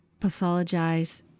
pathologize